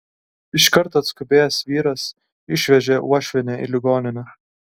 iš karto atskubėjęs vyras išvežė uošvienę į ligoninę